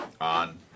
on